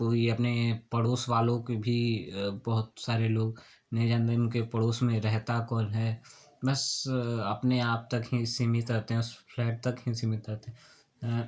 कोई अपने पड़ोस वालों के भी बहुत सारे लोग नहीं जानते उनके पड़ोस में रहता कौन है बस अपने आप तक ही सीमित रहते हैं उस फ्लैट तक ही सीमित रहते हैं